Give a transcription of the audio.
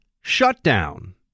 shutdown